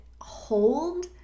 hold